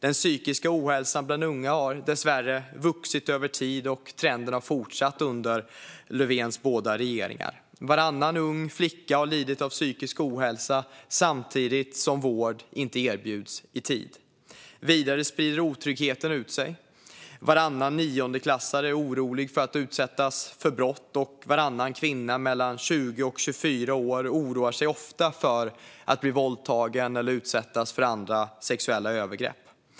Den psykiska ohälsan bland unga har dessvärre vuxit över tid, och trenden har fortsatt under Löfvens båda regeringar. Varannan ung flicka har lidit av psykisk ohälsa, samtidigt som vård inte erbjuds i tid. Vidare sprider sig otryggheten. Varannan niondeklassare är orolig för att utsättas för brott, och varannan kvinna mellan 20 och 24 år oroar sig ofta för att bli våldtagen eller att utsättas för andra sexuella övergrepp.